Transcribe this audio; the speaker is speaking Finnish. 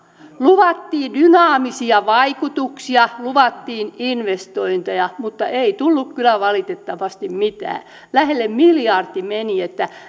luvattiin dynaamisia vaikutuksia luvattiin investointeja mutta ei tullut kyllä valitettavasti mitään lähelle miljardi meni niin